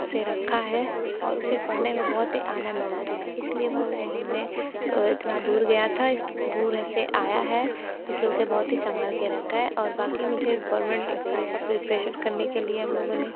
उसे रखा है और उसे पढ़ने में बहुत ही आनंद मिलता है इसलिये वह हमने इतना दूर गया था इस दूर से आया है इसलिए उसे बहुत ही संभालकर रखा है और बाकी मुझे गवर्नमेंट एग्जाम का प्रिपरेशन करने के लिए हम लोगों ने